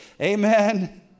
Amen